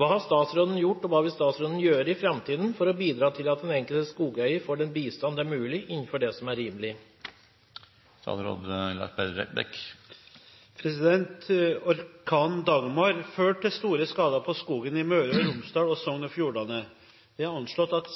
Hva har statsråden gjort, og hva vil statsråden gjøre i framtiden for å bidra til at den enkelte skogeier får den bistand det er mulig innenfor det som er rimelig?» Orkanen «Dagmar» førte til store skader på skogen i Møre og Romsdal og Sogn og Fjordane. Det er anslått at